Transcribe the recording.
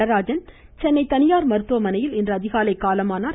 நடராஜன் சென்னை தனியார் மருத்துவமனையில் இன்று அதிகாலை காலமானார்